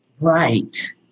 Right